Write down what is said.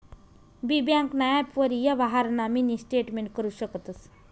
बी ब्यांकना ॲपवरी यवहारना मिनी स्टेटमेंट करु शकतंस